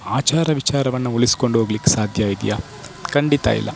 ಆಚಾರ ವಿಚಾರವನ್ನು ಉಳಿಸ್ಕೊಂಡು ಹೋಗಲಿಕ್ಕೆ ಸಾಧ್ಯ ಇದೆಯಾ ಖಂಡಿತ ಇಲ್ಲ